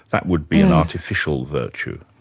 that would be an artificial virtue.